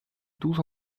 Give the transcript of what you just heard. douze